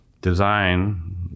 Design